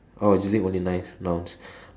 oh using only nice nouns